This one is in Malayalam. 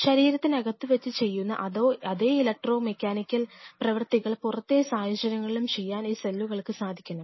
ശരീരത്തിനകത്ത് വെച്ച് ചെയ്യുന്ന അതേ ഇലക്ട്രോ കെമിക്കൽ പ്രവർത്തികൾ പുറത്തെ സാഹചര്യങ്ങളിലും ചെയ്യാൻ ആ സെല്ലുകൾക്ക് സാധിക്കണം